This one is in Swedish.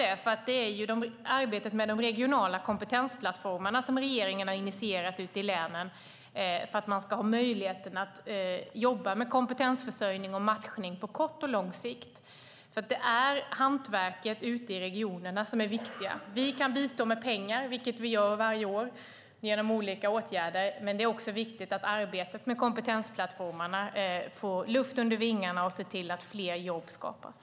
Det är arbetet med de regionala kompetensplattformarna som regeringen har initierat ute i länen för att ha möjlighet att jobba med kompetensförsörjning och matchning på kort och lång sikt. Det är hantverket ute i regionerna som är viktigt. Vi kan bistå med pengar för åtgärder, vilket vi gör varje år, men det är också viktigt att arbetet med kompetensplattformarna får luft under vingarna och att fler jobb skapas.